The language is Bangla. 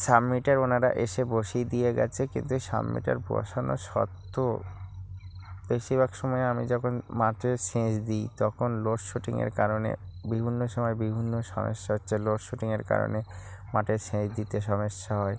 সাব মিটার ওনারা এসে বসিয়ে দিয়ে গেছে কিন্তু সাব মিটার বসানো সত্ত্বেও বেশিরভাগ সময়ে আমি যখন মাঠে সেচ দিই তখন লোডশেডিংয়ের কারণে বিভিন্ন সময়ে বিভিন্ন সমস্যা হচ্ছে লোডশেডিংয়ের কারণে মাঠে সেচ দিতে সমস্যা হয়